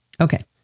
Okay